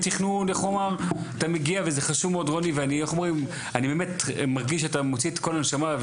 רוני, אני באמת מרגיש שאתה מוציא את כל הנשמה.